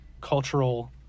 cultural